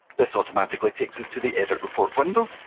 this automatically takes us to the edit report window,